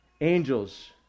angels